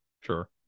Sure